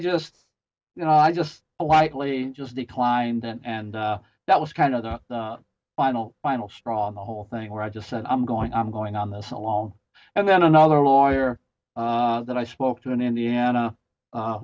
just you know i just lightly just declined then and that was kind of the final final straw in the whole thing where i just said i'm going i'm going on this alone and then another lawyer that i spoke to in indiana